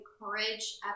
encourage